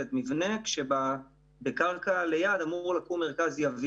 מבנה עם המרכז לאם ולילד,